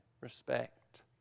respect